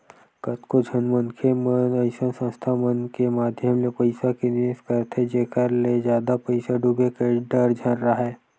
कतको झन मनखे मन अइसन संस्था मन के माधियम ले पइसा के निवेस करथे जेखर ले जादा पइसा डूबे के डर झन राहय